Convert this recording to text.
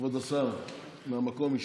שיתייחסו מהמקום?